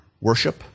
worship